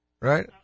Right